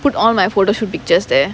put all my photoshoot pictures there